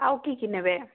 ଆଉ କି କି ନେବେ